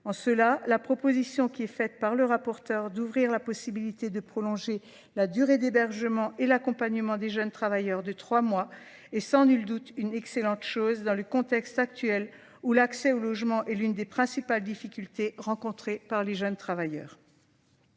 En cela, la proposition qui est faite par le rapporteur d'ouvrir la possibilité de prolonger la durée d'hébergement et l'accompagnement des jeunes travailleurs de trois mois est sans nul doute une excellente chose dans le contexte actuel où l'accès au logement est l'une des principales difficultés rencontrées par les jeunes travailleurs.